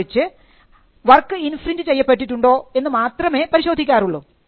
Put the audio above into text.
മറിച്ച് work infringe ചെയ്യപ്പെട്ടിട്ടുണ്ടോ എന്ന് മാത്രമേ പരിശോധിക്കാറുള്ളൂ